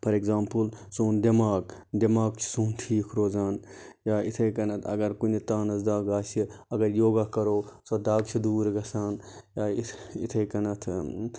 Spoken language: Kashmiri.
فار اٮ۪گزامپٕل سون دٮ۪ماغ دٮ۪ماغ چھُ سُون ٹھیٖک روزان یا اِتھَے کَنتھ اَگر کُنہِ تانَس دَگ آسہِ اگر یوگا کَرو سۄ دَگ چھِ دوٗر گَژھان یا اِتھ اِتھَے کَنتھ